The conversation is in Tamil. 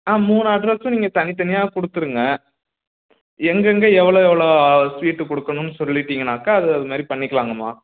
ஆ மூணு அட்ரஸ்ஸும் நீங்கள் தனி தனியாக கொடுத்துருங்க எங்கெங்க எவ்வளோ எவ்வளோ ஸ்வீட்டு கொடுக்கணும் சொல்லிட்டீங்கன்னாக்கா அது அது மாதிரி பண்ணிக்கலாங்கம்மா